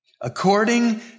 According